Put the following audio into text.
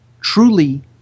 truly